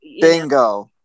Bingo